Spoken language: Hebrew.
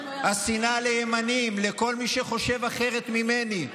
השנאה לימנים, לכל מי שחושב אחרת ממני,